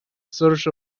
search